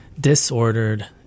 disordered